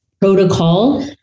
protocol